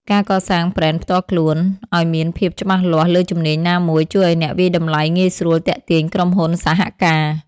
ការកសាងប្រេនផ្ទាល់ខ្លួន ឱ្យមានភាពច្បាស់លាស់លើជំនាញណាមួយ ជួយឱ្យអ្នកវាយតម្លៃងាយស្រួលទាក់ទាញក្រុមហ៊ុនសហការ។